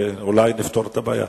ואולי נפתור את הבעיה.